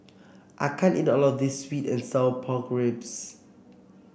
I can't eat all of this sweet and Sour Pork Ribs